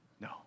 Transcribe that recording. No